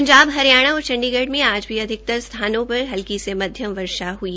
पंजाब हरियाणा और चंडीगढ़ में आज भी अधिकतर स्थानों पर हल्की से मध्यम वर्षा दर्जकी गई